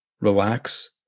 relax